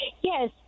Yes